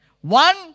One